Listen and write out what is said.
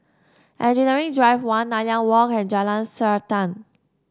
Engineering Drive One Nanyang Walk and Jalan Srantan